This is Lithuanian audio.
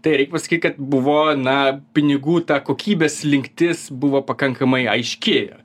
tai reik pasakyt kad buvo na pinigų ta kokybė slinktis buvo pakankamai aiški